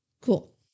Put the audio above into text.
Cool